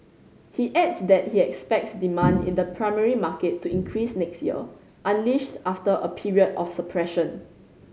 he adds that he expects demand in the primary market to increase next year unleashed after a period of suppression